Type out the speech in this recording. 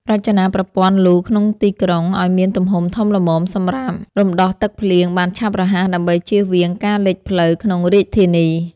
រចនាប្រព័ន្ធលូក្នុងទីក្រុងឱ្យមានទំហំធំល្មមសម្រាប់រំដោះទឹកភ្លៀងបានឆាប់រហ័សដើម្បីជៀសវាងការលិចផ្លូវក្នុងរាជធានី។